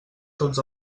tots